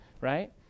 right